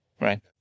right